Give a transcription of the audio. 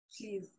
Please